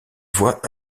voit